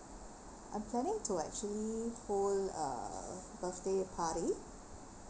I'm planning to actually hold a birthday party